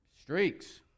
Streaks